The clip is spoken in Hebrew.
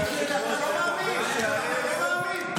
אתה לא מאמין, אתה לא מאמין.